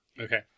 Okay